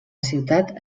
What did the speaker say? ciutat